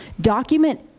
document